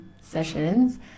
sessions